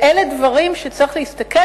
אלה דברים שצריך להסתכל